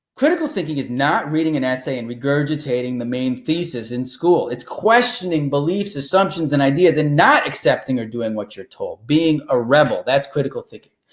critical thinking is not reading an essay and regurgitating the main thesis in school. it's questioning beliefs, assumptions, and ideas and not accepting or doing what you're told. being a rebel, that's critical thinking.